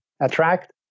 attract